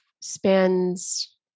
spans